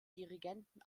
dirigenten